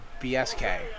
BSK